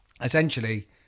Essentially